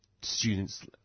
students